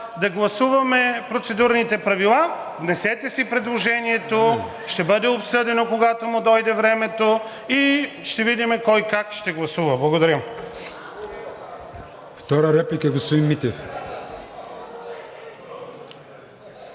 да гласуваме Процедурните правила, внесете си предложението, ще бъде обсъдено, когато му дойде времето, и ще видим кой как ще гласува. Благодаря.